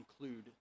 include